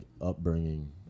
upbringing